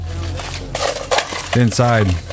Inside